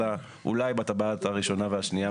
אלא אולי בטבעת הראשונה והשנייה,